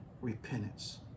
repentance